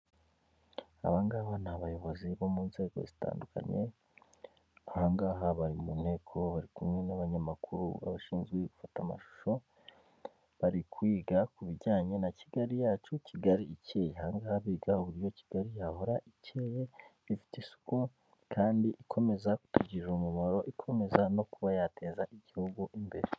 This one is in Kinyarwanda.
Aba ngaba ni abayobozi bo mu nzego zitandukanye, aha ngaha bari mu nteko bari kumwe n'abanyamakuru bashinzwe gufata amashusho, bari kwiga ku bijyanye na Kigali yacu, Kigali ikeye. Aha ngaha biga uburyo Kigali yahora ikeye, ifite isuku kandi ikomeza kutugirira umumaro, ikomeza no kuba yateza igihugu imbere.